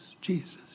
Jesus